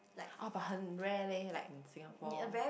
oh but 很 rare leh like in Singapore